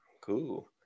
cool